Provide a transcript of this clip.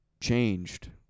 changed